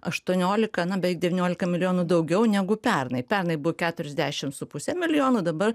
aštuoniolika na beveik devyniolika milijonų daugiau negu pernai pernai buvo keturiasdešimt su puse milijono dabar